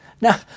Now